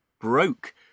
broke